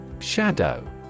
Shadow